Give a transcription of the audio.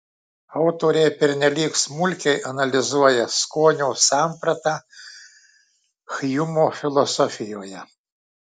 autoriai pernelyg smulkiai analizuoja skonio sampratą hjumo filosofijoje